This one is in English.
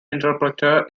interpreter